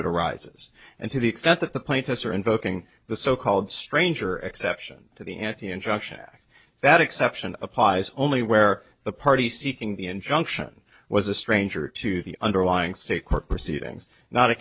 it arises and to the extent that the plaintiffs are invoking the so called stranger exception to the anti injunction act that exception applies only where the party seeking the injunction was a stranger to the underlying state court proceedings not a